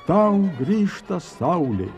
tau grįžta saulė